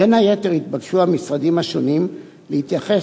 בין היתר התבקשו המשרדים השונים להתייחס